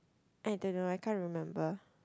I don't know I can't remember